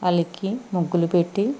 అలికి ముగ్గులు పెట్టి